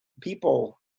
people